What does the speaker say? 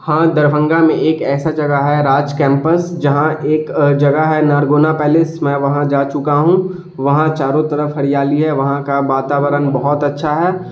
ہاں دربھنگا میں ایک ایسا جگہ ہے راج کیمپس جہاں ایک جگہ ہے نارگونا پیلیس میں وہاں جا چکا ہوں وہاں چاروں طرف ہریالی ہے وہاں کا واتاورن بہت اچھا ہے